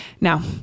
Now